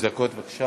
שלוש דקות, בבקשה.